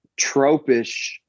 tropish